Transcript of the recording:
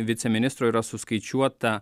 viceministro yra suskaičiuota